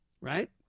Right